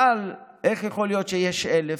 אבל איך יכול להיות שיש 1,000,